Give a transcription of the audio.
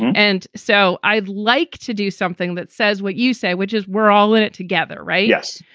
and so i'd like to do something that says what you say, which is we're all in it together, right? yes.